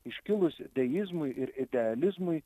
iškilus deizmui ir idealizmui